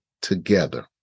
together